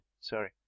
Sorry